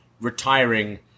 retiring